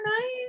nice